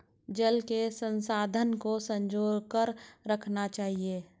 जल के संसाधन को संजो कर रखना चाहिए